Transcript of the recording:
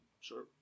sure